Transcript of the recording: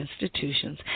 institutions